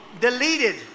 Deleted